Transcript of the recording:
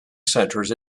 centres